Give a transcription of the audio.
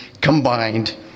combined